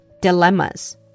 Dilemmas